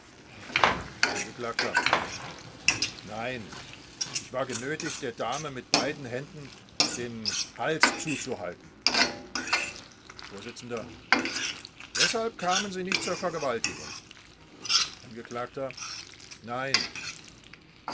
angekl nein ich war genötigt der dame mit beiden händen den hals zuzuhalten vors deshalb kamen sie nicht zur vergewaltigung angekl nein